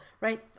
right